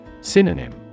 Synonym